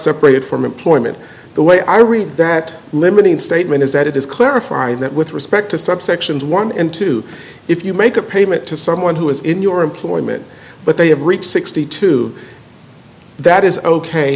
separated from employment the way i read that limiting statement is that it is clarify that with respect to subsections one and two if you make a payment to someone who is in your employment but they have reached sixty two that is ok